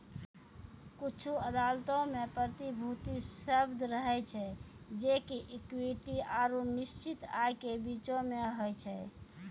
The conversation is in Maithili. कुछु अदालतो मे प्रतिभूति शब्द रहै छै जे कि इक्विटी आरु निश्चित आय के बीचो मे होय छै